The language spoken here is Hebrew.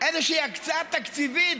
איזושהי הקצאה תקציבית,